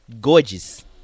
Gorgeous